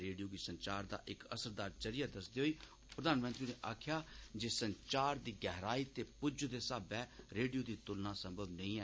radio गी संचार दा इक असरदार जरिया दस्सदे होई प्रधानमंत्री होरें आक्खेआ जे संचार दी गहराई ते पुज्ज दे स्हाबै रेडियो दी तुलना संमव नेंई ऐ